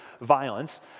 violence